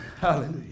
Hallelujah